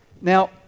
Now